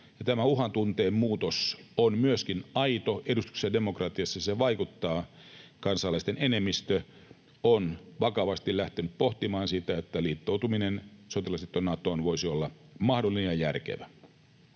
tämä uhan tunteen muutos on myöskin aito edustuksellisessa demokratiassa. Se vaikuttaa. Kansalaisten enemmistö on vakavasti lähtenyt pohtimaan sitä, että liittoutuminen sotilasliitto Natoon voisi olla mahdollinen ja järkevä.